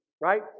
right